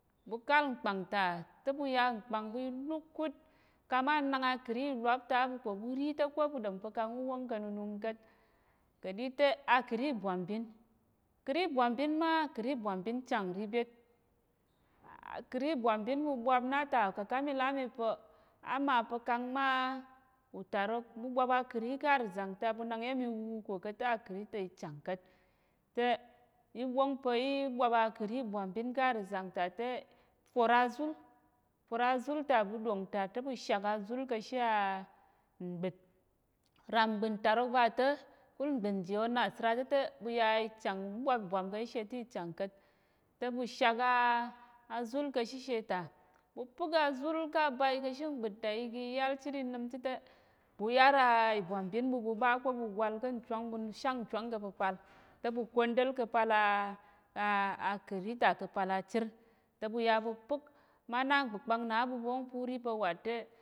Ɓu kál mkpàng ta te ɓu yà mkpàng ɓu ilukút, ka má nak akəri ìlwap ta á ɓu ko, ɓu rí te ko ɓu ɗom pa̱ kang ú wóng ka̱ nunung ka̱t. Ka̱ɗi te akəri ìbwambin, kəri ìbwambin má, kəri ìbwambin chàng nrí byét, kəri ìbwambin ɓu ɓwap na ta ukaká mi pa̱ á ma pa kang ma, utarok ɓu ɓwap akəri ká̱ rəzàng kang ɓu nak iya̱m iwuwu ko ka̱t te akəri ta i chang ka̱t, te í wóng pa̱ í ɓwap a kəri ìbwambin ká̱ rəzàng ta te, for azúl, for azúl ta ɓu ɗwòng ta te ɓu shàk azúl ka̱ she mgbət. Ram mgbət ntarok va ta̱, kul mgbət nji onasəra ta̱ te ɓu ya i chang, ɓwap bwam ka̱ shishe te ɓu ya i chang ka̱t. Te ɓu shàk a, azúl ka̱ shishe ta, ɓu pə́k azúl ká̱ abai ka̱ she mgbət ta i gi i yál chit i nəm chit te, ɓu yar a ìbwambin ɓu, ɓu ɓa ko, ɓu gwal ká̱ nchwáng, ɓu sháng nchwáng ka̱ pəpal, te ɓu kwonda̱l ka̱ pal akəri ta ka̱ pal achír, te ɓu ya ɓu pə́k ma na nkpəkpang na á ɓu, ɓu wóng pa̱ ú rí pa̱ wàt te.